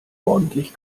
ordentlich